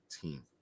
team